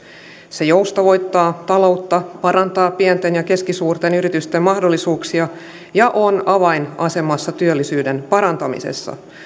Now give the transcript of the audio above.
se joustavoittaa taloutta parantaa pienten ja keskisuurten yritysten mahdollisuuksia ja on avainasemassa työllisyyden parantamisessa